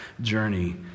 journey